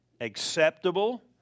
acceptable